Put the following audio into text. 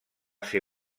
ser